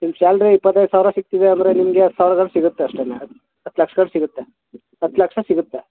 ನಿಮ್ಮ ಸ್ಯಾಲ್ರಿ ಇಪ್ಪತ್ತೈದು ಸಾವಿರ ಸಿಗ್ತಿದೆ ಅಂದರೆ ನಿಮಗೆ ಹತ್ತು ಸಾವಿರದಲ್ಲಿ ಸಿಗುತ್ತೆ ಅಷ್ಟೆ ಹತ್ತು ಲಕ್ಷದಲ್ಲಿ ಸಿಗುತ್ತೆ ಹತ್ತು ಲಕ್ಷ ಸಿಗುತ್ತೆ